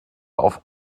auf